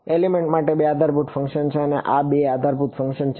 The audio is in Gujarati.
એલિમેન્ટ માટે બે આધારભૂત ફંકશન છે અને આ તે બે આધારભૂત ફંકશન છે